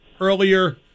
earlier